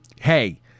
hey